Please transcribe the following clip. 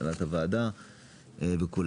הנהלת הוועדה ולכולם.